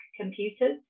Computers